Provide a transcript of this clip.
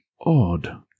odd